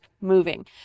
moving